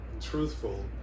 Truthful